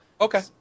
Okay